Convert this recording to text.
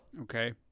Okay